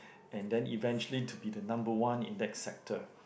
and then eventually to be the number one in that sector